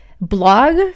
blog